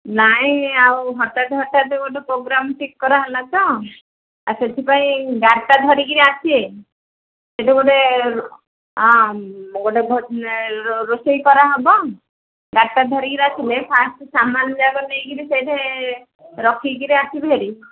ନାଇଁ ଆଉ ହଠାତ୍ ହଠାତ୍ ଗୋଟେ ପ୍ରୋଗ୍ରାମ୍ ଠିକ୍ କରାହେଲା ତ ଆଉ ସେଥିପାଇଁ ଡାଟା ଧରିକିରି ଆସିବେ ସେଠି ଗୋଟେ ହଁ ଗୋଟେ ରୋଷେଇ କରାହେବ ଡାଟା ଧରିକିରି ଆସିଲେ ଫାର୍ଷ୍ଟ୍ ସାମାନ ଯାକ ନେଇକିରି ସେଇଠି ରଖିକିରି ଆସିବେ ହେରି